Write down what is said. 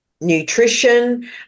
nutrition